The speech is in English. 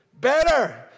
better